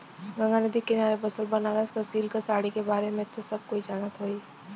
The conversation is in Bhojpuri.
गंगा नदी के किनारे बसल बनारस क सिल्क क साड़ी के बारे में त सब कोई जानत होई